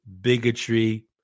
bigotry